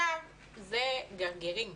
זה גרגרים.